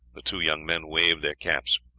the two young men waved their caps.